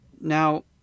Now